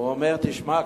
הוא אומר: תשמע,